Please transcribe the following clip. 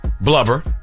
blubber